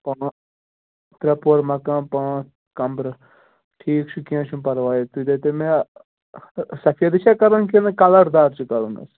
ترٛےٚ پور مَکان پانٛژھ کَمرٕ ٹھیٖک چھُ کیٚنٛہہ چھُنہٕ پَرواے تُہۍ دٔپۍتو مےٚ سفیدٕے چھےٚ کَرُن کِنہٕ کَلَردار چھُ کَرُن اَسہِ